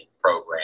program